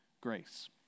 grace